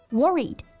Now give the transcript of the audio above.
worried